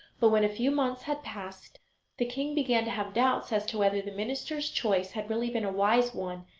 but when a few months had passed the king began to have doubts as to whether the minister's choice had really been a wise one,